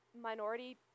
minority